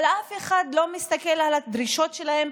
אבל אף אחד לא מסתכל על הדרישות שלהם,